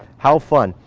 how fun.